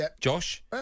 Josh